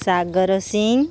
Sagar Singh